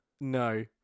No